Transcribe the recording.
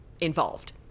involved